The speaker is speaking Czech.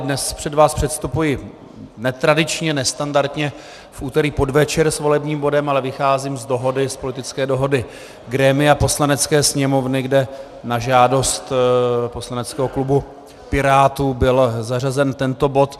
Dnes před vás předstupuji netradičně, nestandardně v úterý v podvečer s volebním bodem, ale vycházím z politické dohody grémia Poslanecké sněmovny, kde na žádost poslaneckého klubu Pirátů byl zařazen tento bod.